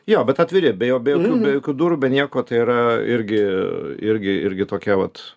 jo bet atviri be jokių be jokių durų be nieko tai yra irgi irgi irgi tokia vat